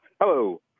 hello